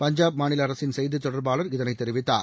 பஞ்சாப் மாநில அரசின் செய்தித் தொடர்பாளர் இதனைத் தெரிவித்தார்